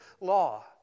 law